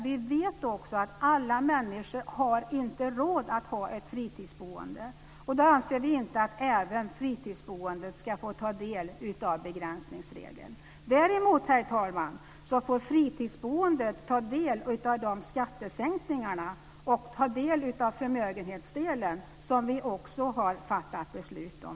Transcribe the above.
Vi vet också att alla människor inte har råd att ha ett fritidsboende, och därför anser vi inte att även fritidsboendet ska få ta del av begränsningsregeln. Däremot, herr talman, får fritidsboendet ta del av skattesänkningarna och av förmögenhetsdelen som vi också har fattat beslut om.